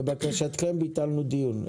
לבקשתכם ביטלנו דיון.